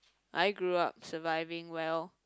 I grew up surviving well